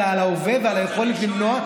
אלא על ההווה ועל היכולת למנוע.